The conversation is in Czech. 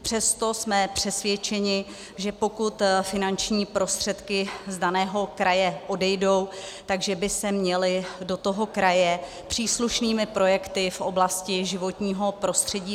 Přesto jsme přesvědčeni, že pokud finanční prostředky z daného kraje odejdou, tak by se měly do toho kraje příslušnými projekty v oblasti životního prostředí vracet.